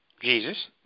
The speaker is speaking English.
Jesus